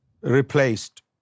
replaced